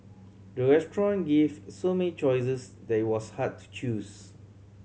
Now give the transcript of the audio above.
the restaurant gave so many choices that it was hard to choose